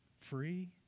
Free